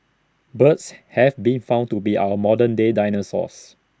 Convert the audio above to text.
birds have been found to be our modern day dinosaurs